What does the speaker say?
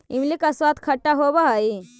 इमली का स्वाद खट्टा होवअ हई